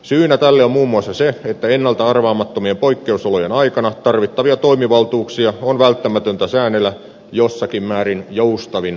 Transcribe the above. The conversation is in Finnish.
syynä tälle on muun muassa se että ennalta arvaamattomien poikkeusolojen aikana tarvittavia toimivaltuuksia on välttämätöntä säännellä jossakin määrin joustavin normein